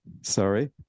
Sorry